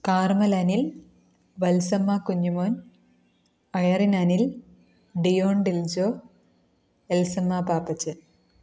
Carmel Anil Valsamma Kunjumon Irene Anil Dion Diljo Elsamma Pappachan